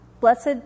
Blessed